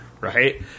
right